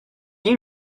you